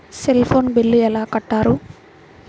Cell phone bill ఎలా కట్టారు?